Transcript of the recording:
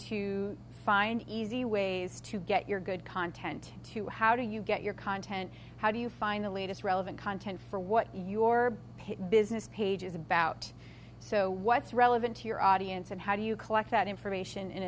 to find easy ways to get your good content to how do you get your content how do you find the latest relevant content for what your pick business page is about so what's relevant to your audience and how do you collect that information